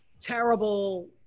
terrible